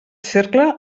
cercle